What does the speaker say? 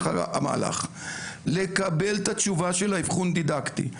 המהלך - לקבל את התשובה של האבחון דידקטי,